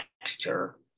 texture